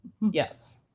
Yes